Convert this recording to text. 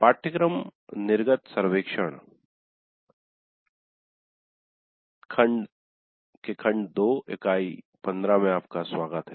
पाठ्यक्रम निर्गत सर्वेक्षण के खंड 2 इकाई 15 में आपका स्वागत है